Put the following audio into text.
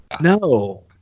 No